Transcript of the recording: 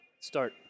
start